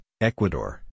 Ecuador